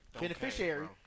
beneficiary